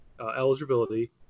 eligibility